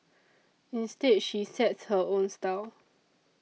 instead she sets her own style